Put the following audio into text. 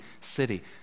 city